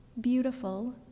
beautiful